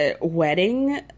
wedding